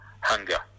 hunger